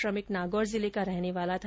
श्रमिक नागौर जिले का रहने वाला था